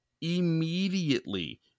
immediately